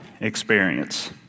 experience